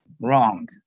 wrong